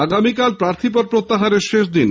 আগামীকাল প্রার্থীপদ প্রত্যাহারের শেষ দিন